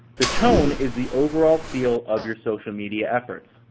the tone is the overall feel of your social media efforts.